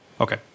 Okay